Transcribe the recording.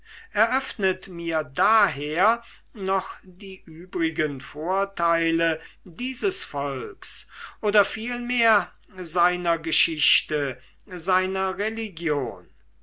eröffnet mir daher noch die übrigen vorteile dieses volks oder vielmehr seiner geschichte seiner religion